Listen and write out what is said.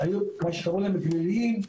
מה שקרוי גליליים,